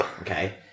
Okay